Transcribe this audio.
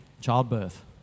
childbirth